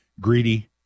greedy